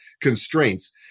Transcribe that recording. constraints